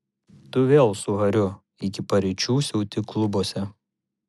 tu vėl su hariu iki paryčių siauti klubuose